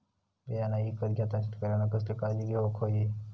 बियाणा ईकत घेताना शेतकऱ्यानं कसली काळजी घेऊक होई?